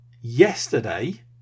Yesterday